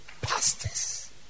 Pastors